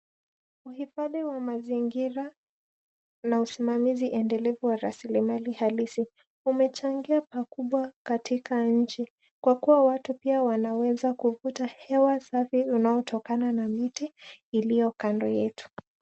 Uhifadhi wa mazingira, na usimamizi endelevu wa rasilimali asili, umechangia pakubwa katika nchi, kwa kuwa watu pia wanaweza kuvuta hewa safi, unaotokana na miti ilio kando yetu.